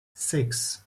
six